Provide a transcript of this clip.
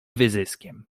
wyzyskiem